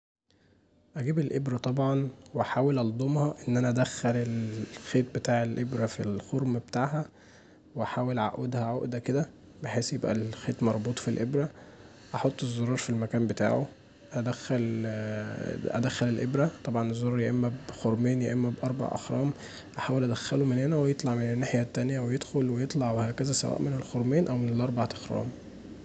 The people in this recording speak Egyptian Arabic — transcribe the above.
اجيب الابره طبعا واحاول ألضمها، ان انا ادخل الخيذ بتاع الابره في الخرم بتاعها واحاول اعقدها عقده كدا، بحيث الخيط يبقي مربوط في الابره، احط الزرار في المكان بتاعه، ادخل الابره، طبعا الزرار يا اما بخرمين يا بأربع أخرام احاول ادخله من هنا ويطلع من الناحيه التانيه ويدخل ويطلع وهكذا، سواء من الخرمين او من الأربع اخرام.